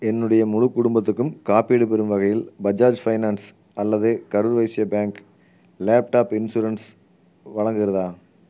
என்னுடைய முழு குடும்பத்துக்கும் காப்பீடு பெறும் வகையில் பஜாஜ் ஃபைனான்ஸ் அல்லது Karur Vysya bank laptop insurance வழங்குகிறதா